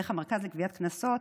דרך המרכז לגביית קנסות,